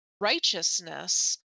righteousness